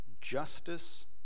justice